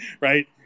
Right